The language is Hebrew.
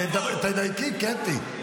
תדייקי, קטי.